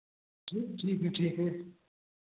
ठीक ठीक है ठीक है